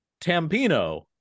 Tampino